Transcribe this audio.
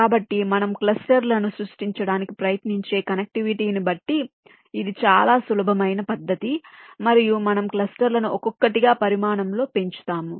కాబట్టి మనము క్లస్టర్లను సృష్టించడానికి ప్రయత్నించే కనెక్టివిటీని బట్టి ఇది చాలా సులభమైన పద్ధతి మరియు మనము క్లస్టర్లను ఒక్కొక్కటిగా పరిమాణంలో పెంచుతాము